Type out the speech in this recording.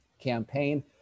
campaign